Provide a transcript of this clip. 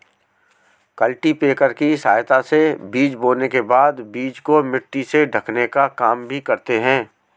cultipacker की सहायता से बीज बोने के बाद बीज को मिट्टी से ढकने का काम भी करते है